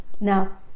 Now